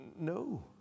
No